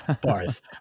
bars